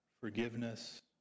forgiveness